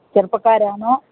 ചെറുപ്പക്കാരാണോ